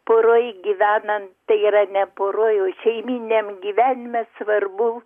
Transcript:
poroj gyvenant tai yra ne poroj o šeimyniniam gyvenime svarbu